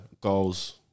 goals